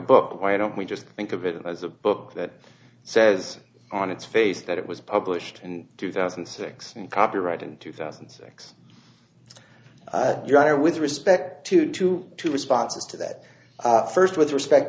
book why don't we just think of it as a book that says on its face that it was published in two thousand and six and copyright in two thousand and six your honor with respect to to two responses to that first with respect